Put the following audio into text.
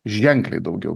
ženkliai daugiau